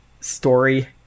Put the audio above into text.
story